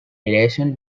relation